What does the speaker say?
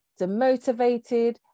demotivated